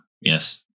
Yes